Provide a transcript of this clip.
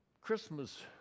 Christmas